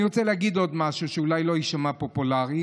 אני רוצה להגיד עוד משהו שאולי לא יישמע פופולרי,